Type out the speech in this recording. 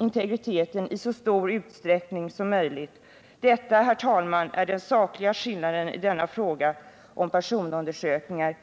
integriteten i så stor utsträckning som möjligt. Detta, herr talman, är den sakliga skillnaden i denna fråga om personundersökningar.